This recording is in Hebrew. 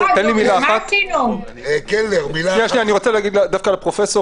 משהו אחד לפרופסור